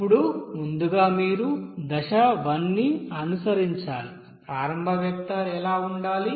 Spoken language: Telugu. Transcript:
ఇప్పుడు ముందుగా మీరు దశ 1 ని అనుసరించాలి ప్రారంభ వెక్టర్ ఎలా ఉండాలి